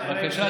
בבקשה,